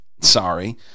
Sorry